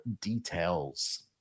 Details